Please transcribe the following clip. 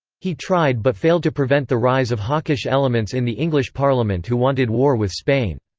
he tried but failed to prevent the rise of hawkish elements in the english parliament who wanted war with spain.